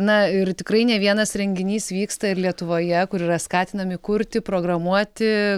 na ir tikrai ne vienas renginys vyksta ir lietuvoje kur yra skatinami kurti programuoti